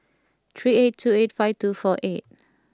three eight two eight five two four eight